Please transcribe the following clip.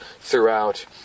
throughout